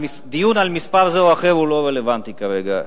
הדיון על מספר זה או אחר הוא לא רלוונטי כרגע.